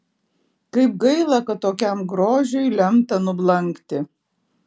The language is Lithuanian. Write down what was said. kaip gaila kad tokiam grožiui lemta nublankti